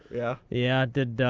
yeah? yeah. did